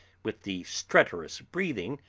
with the stertorous breathing,